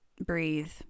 breathe